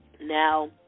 Now